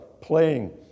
playing